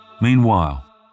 Meanwhile